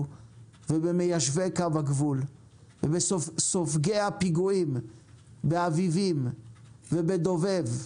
ובמיישבי קו הגבול ובסופגי הפיגועים באביבים ובדובב.